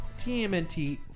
TMNT